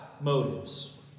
motives